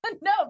No